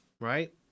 right